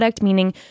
Meaning